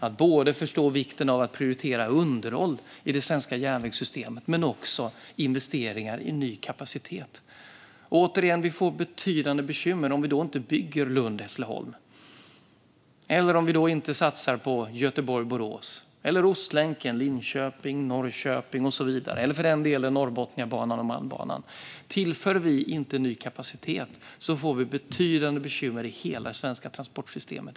Det gäller att förstå vikten av att prioritera underhåll i det svenska järnvägssystemet men också investeringar i ny kapacitet. Återigen: Vi får betydande bekymmer om vi inte bygger Lund-Hässleholm eller om vi inte satsar på Göteborg-Borås, Ostlänken Linköping-Norrköping och så vidare. Eller för den delen Norrbotniabanan och Malmbanan. Tillför vi inte ny kapacitet får vi betydande bekymmer i hela svenska transportsystemet.